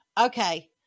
okay